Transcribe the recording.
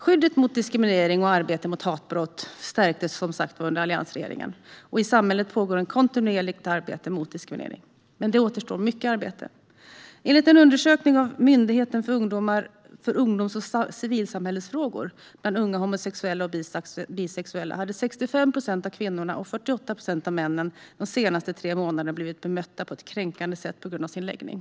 Skyddet mot diskriminering och arbetet mot hatbrott stärktes som sagt under alliansregeringen, och i samhället pågår ett kontinuerligt arbete mot diskriminering. Men det återstår mycket arbete. Enligt en undersökning av Myndigheten för ungdoms och civilsamhällesfrågor bland unga homo och bisexuella hade 65 procent av kvinnorna och 48 procent av männen de senaste tre månaderna blivit bemötta på ett kränkande sätt på grund av sin läggning.